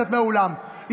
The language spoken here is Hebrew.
לצאת מהאולם.